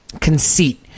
conceit